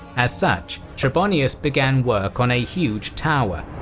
as such, trebonius began work on a huge tower.